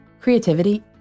creativity